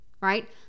right